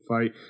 fight